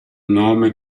nome